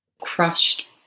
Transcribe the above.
Crushed